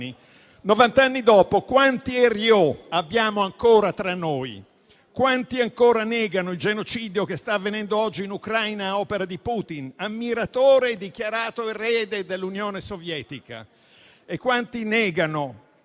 Novant'anni dopo, quanti Herriot abbiamo ancora tra noi? Quanti ancora negano il genocidio che sta avvenendo oggi in Ucraina ad opera di Putin, ammiratore e dichiarato erede dell'Unione Sovietica? Quanti negano